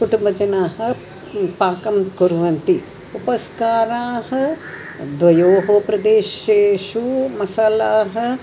कुटुम्बजनाः पाकं कुर्वन्ति उपस्काराः द्वयोः प्रदेशेषु मसालाः